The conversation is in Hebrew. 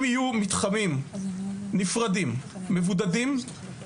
אם יהיו מתחמים נפרדים ומבודדים,